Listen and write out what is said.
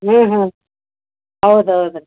ಹಾಂ ಹಾಂ ಹೌದ್ ಹೌದ್ ರೀ